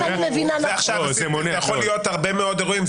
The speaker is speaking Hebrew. לא, זה יכול להיות הרבה אירועים.